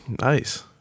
Nice